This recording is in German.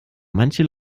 manche